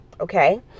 okay